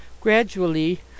gradually